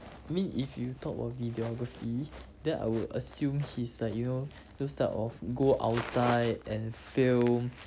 I mean if you talk about videography then I would assume he's like you know those type of go outside and film